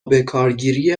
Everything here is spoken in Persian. بکارگیری